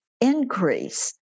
increase